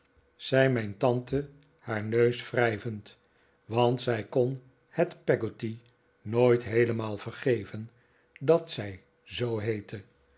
zei mijn tante haar neus wrijvend want zij kon het peggotty nooit heelemaal vergeven dat zij zoo